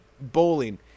Bowling